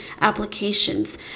applications